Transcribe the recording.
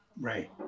Right